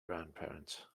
grandparents